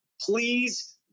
please